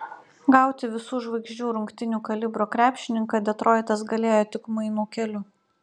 gauti visų žvaigždžių rungtynių kalibro krepšininką detroitas galėjo tik mainų keliu